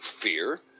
fear